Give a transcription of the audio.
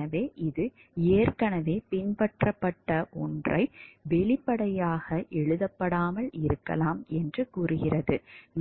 எனவே இது ஏற்கனவே பின்பற்றப்பட்ட ஒன்றை வெளிப்படையாக எழுதப்படாமல் இருக்கலாம்